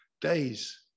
days